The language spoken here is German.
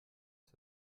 ist